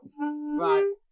Right